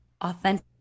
authentic